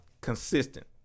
consistent